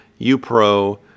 UPRO